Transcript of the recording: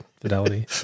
Fidelity